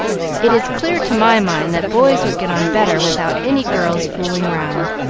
it is clear to my mind that boys would get on better without any girls fooling round.